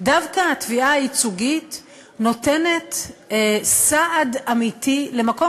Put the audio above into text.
דווקא התביעה הייצוגית נותנת סעד אמיתי במקום